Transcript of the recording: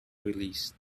released